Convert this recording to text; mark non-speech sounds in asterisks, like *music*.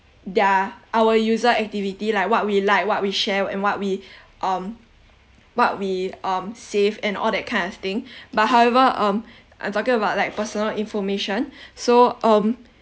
their our user activity like what we like what we share and what we *breath* um what we um save and all that kind of thing *breath* but however um I'm talking about like personal information *breath* so um *breath*